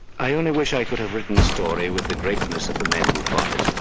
i only wish i could have written the story with the greatness of the men who fought it.